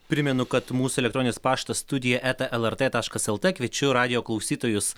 primenu kad mūsų elektroninis paštas studija eta lrt taškas el t kviečiu radijo klausytojus